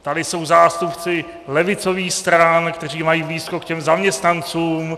Tady jsou zástupci levicových stran, kteří mají blízko k těm zaměstnancům.